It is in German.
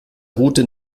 route